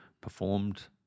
performed